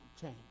change